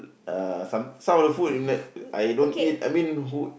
uh some some of the food I don't eat I mean who